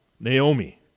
Naomi